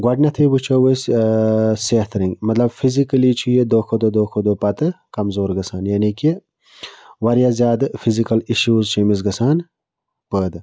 گۄڈٕنٮ۪تھٕے وٕچھو أسۍ صحتہٕ رٔنٛگۍ مطلَب فِزِکٔلی چھُ یہِ دۄہ کھۄ دۄہ دۄہ کھۄ دۄہ پَتہٕ کمزور گَژھان یعنی کہِ واریاہ زیادٕ فِزِکَل اِشوٗز چھِ أمِس گژھان پٲدٕ